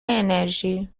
انرژی